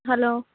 hello